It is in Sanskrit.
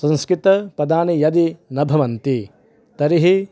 संस्कृतपदानि यदि न भवन्ति तर्हि